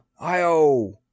Io